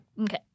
Okay